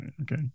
okay